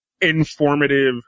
informative